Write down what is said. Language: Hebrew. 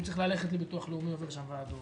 הוא צריך ללכת לביטוח לאומי עובר שם ועדות.